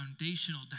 foundational